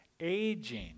Aging